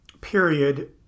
period